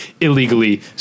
illegally